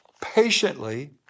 patiently